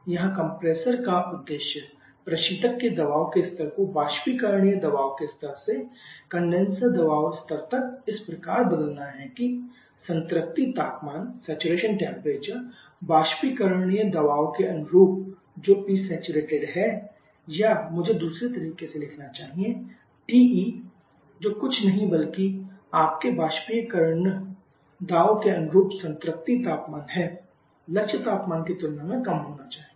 यहाँ कंप्रेसर का उद्देश्य प्रशीतक के दबाव के स्तर को बाष्पीकरणीय दबाव के स्तर से कंडेनसर दबाव स्तर तक इस प्रकार बदलना है कि संतृप्ति तापमान बाष्पीकरणीय दबाव के अनुरूप जो Psat है या मुझे दूसरे तरीके से लिखना चाहिए TE जो कुछ नहीं बल्कि आपके वाष्पीकरण दाब के अनुरूप संतृप्ति तापमान है लक्ष्य तापमान की तुलना में कम होना चाहिए